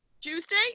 Tuesday